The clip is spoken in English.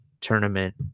tournament